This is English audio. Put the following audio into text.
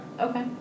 Okay